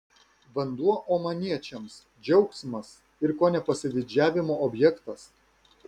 vanduo omaniečiams džiaugsmas ir kone pasididžiavimo objektas